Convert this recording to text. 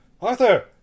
Arthur